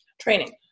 training